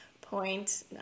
point